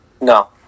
No